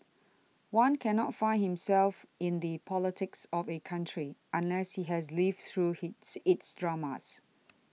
one cannot find himself in the politics of a country unless he has lived through he's its dramas